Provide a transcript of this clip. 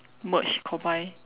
merge combine